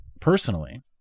personally